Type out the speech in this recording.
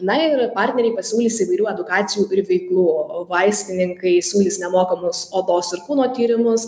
na ir partneriai pasiūlys įvairių edukacinių veiklų o vaistininkai siūlys nemokamus odos ir kūno tyrimus